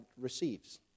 receives